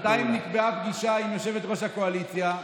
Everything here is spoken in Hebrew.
בינתיים נקבעה פגישה עם יושבת-ראש הקואליציה.